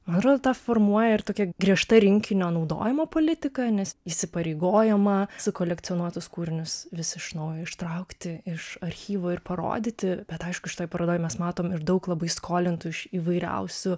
man atrodo tą formuoja ir tokia griežta rinkinio naudojimo politika nes įsipareigojama sukolekcionuotus kūrinius vis iš naujo ištraukti iš archyvų ir parodyti bet aišku šitoj parodoj mes matome ir daug labai skolintų iš įvairiausių